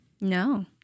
No